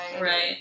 Right